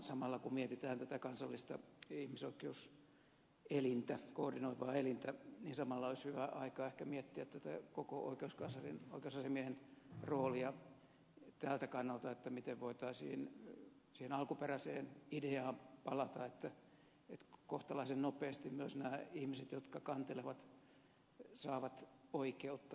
samalla kun mietitään tätä kansallista ihmisoikeuselintä koordinoivaa elintä olisi hyvä aika ehkä miettiä koko oikeuskanslerin oikeusasiamiehen roolia tältä kannalta miten voitaisiin siihen alkuperäiseen ideaan palata että kohtalaisen nopeasti myös nämä ihmiset jotka kantelevat saavat oikeutta